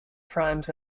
primes